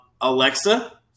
Alexa